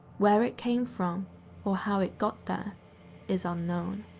where it came from or how it got there is unknown.